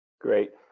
Great